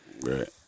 Right